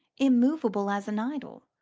immovable as an idol,